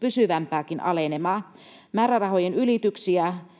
pysyvämpääkin alenemaa. Määrärahojen ylityksiä